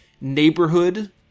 neighborhood